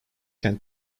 can